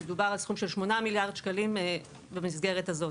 מדובר על סכום של שמונה מיליארד שקלים במסגרת הזאת.